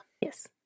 Yes